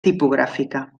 tipogràfica